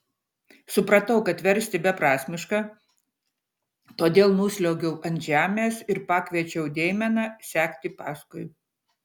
supratau kad versti beprasmiška todėl nusliuogiau ant žemės ir pakviečiau deimeną sekti paskui